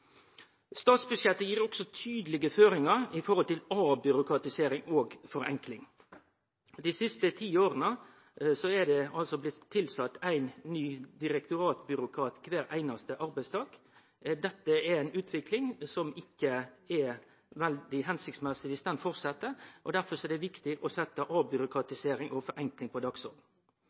Statsbudsjettet gir tydelege føringar når det gjeld avbyråkratisering og forenkling. Dei siste ti åra er det blitt tilsett ein ny direktoratbyråkrat kvar einaste arbeidsdag. Dette er ei utvikling som ikkje er veldig hensiktsmessig viss den fortsett, og derfor er det viktig å setje avbyråkratisering og forenkling på